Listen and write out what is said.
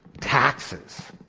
taxes,